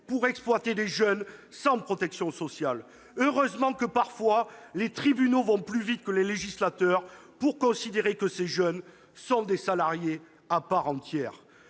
pour exploiter des jeunes sans protection sociale. Heureusement que, parfois, les tribunaux vont plus vite que le législateur pour considérer que ces jeunes sont des salariés à part entière.